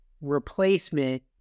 replacement